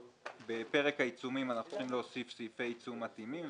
בפרק העיצומים אנחנו צריכים להוסיף סעיפי עיצום מתאימים,